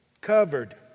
Covered